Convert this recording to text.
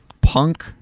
Punk